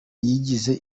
yigize